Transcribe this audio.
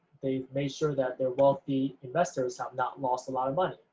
they made sure that their wealthy investors have not lost a lot of money.